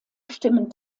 stimmen